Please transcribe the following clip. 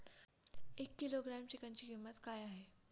एक किलोग्रॅम चिकनची किंमत काय आहे?